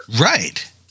Right